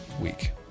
week